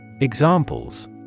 Examples